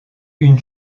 une